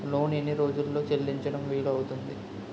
Loan ఎన్ని రోజుల్లో చెల్లించడం వీలు అవుతుంది?